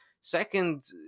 Second